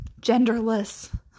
genderless